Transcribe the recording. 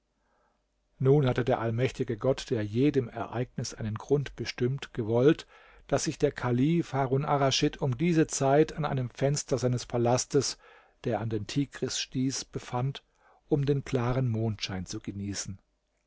nun hatte der allmächtige gott der jedem ereignis einen grund bestimmt gewollt daß sich der kalif harun arraschid um diese zeit an einem fenster seines palastes der an den tigris stieß befand um den klaren mondschein zu genießen